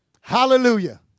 Hallelujah